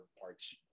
parts